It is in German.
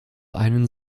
einen